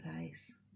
place